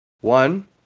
One